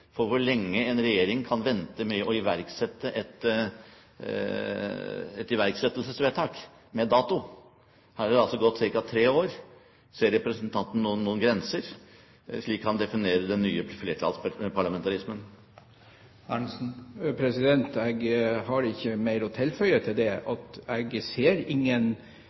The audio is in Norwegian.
for hvor lenge en regjering kan vente med å iverksette et iverksettelsesvedtak med dato? Her har det altså gått ca. tre år. Ser representanten nå noen grenser, slik han definerer den nye flertallsparlamentarismen? Jeg har ikke mer å tilføye annet enn at jeg ser ingen